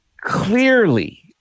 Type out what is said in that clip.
clearly